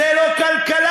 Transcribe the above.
זו לא כלכלה.